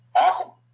awesome